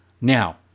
Now